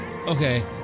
Okay